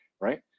right